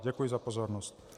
Děkuji za pozornost.